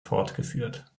fortgeführt